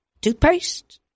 Toothpaste